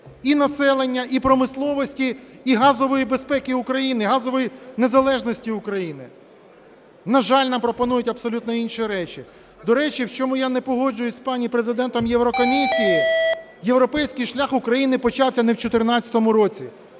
і населення, і промисловості, і газової безпеки України, газової незалежності України. На жаль, нам пропонують абсолютно інші речі. До речі, в чому я не погоджуюся з пані Президентом Єврокомісії: європейський шлях України почався не в 14-му році,